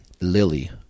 Lily